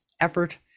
effort